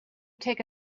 take